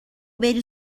بری